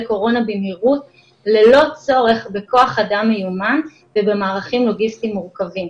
קורונה במהירות ללא צורך בכוח אדם מיומן ובמהלכים לוגיסטיים מורכבים.